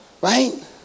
Right